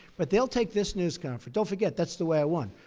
but they'll take this news conference don't forget that's the way i won.